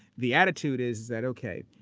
the attitude is that, okay,